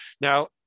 Now